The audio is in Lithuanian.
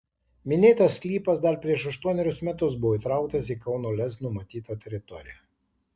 minėtas sklypas dar prieš aštuonerius metus buvo įtrauktas į kauno lez numatytą teritoriją